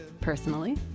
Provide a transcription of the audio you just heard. Personally